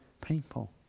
people